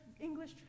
English